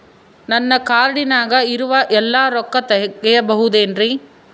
ನನ್ನ ಕಾರ್ಡಿನಾಗ ಇರುವ ಎಲ್ಲಾ ರೊಕ್ಕ ತೆಗೆಯಬಹುದು ಏನ್ರಿ?